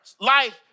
life